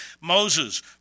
Moses